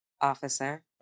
Officer